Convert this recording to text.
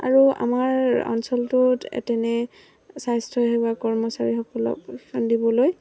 আৰু আমাৰ অঞ্চলটোত তেনে স্বাস্থ্যসেৱা কৰ্মচাৰীসকলক দিবলৈ